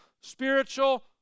spiritual